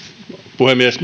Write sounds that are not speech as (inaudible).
puhemies (unintelligible)